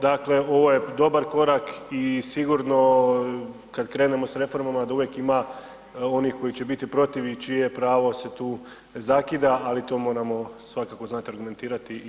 Dakle, ovo je dobar korak i sigurno kad krenemo s reformama da uvijek ima onih koji će biti protiv i čije pravo se tu zakida, ali to moramo svakako znati argumentirati i otkloniti.